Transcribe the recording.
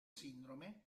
sindrome